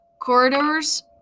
corridors